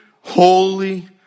holy